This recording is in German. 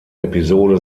episode